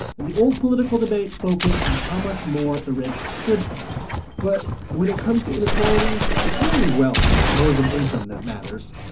and the old political debate focused on how much more the rich should pay but when it comes to inequality, it's really wealth more than income that matters.